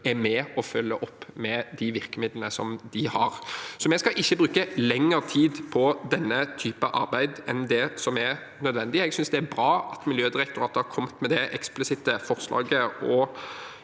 er med og følger opp med de virkemidlene de har. Vi skal ikke bruke lengre tid på denne type arbeid enn det som er nødvendig. Jeg synes det er bra at Miljødirektoratet har kommet med det eksplisitte forslaget å